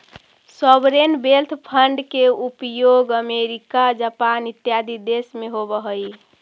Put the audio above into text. sovereign wealth fund के उपयोग America Japan इत्यादि देश में होवऽ हई